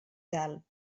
dalt